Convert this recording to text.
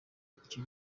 icyo